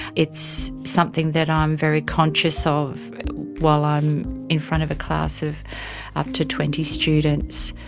it's something that i'm very conscious of while i'm in front of a class of up to twenty students.